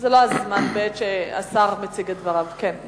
זה לא הזמן בעת שהשר מציג את דבריו כן.